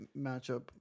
matchup